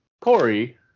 Corey